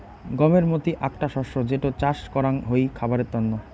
গমের মতি আকটা শস্য যেটো চাস করাঙ হই খাবারের তন্ন